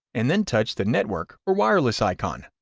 and then touch the network or wireless icon.